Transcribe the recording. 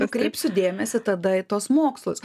atkreipsiu dėmesį tada į tuos mokslus